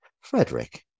Frederick